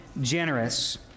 generous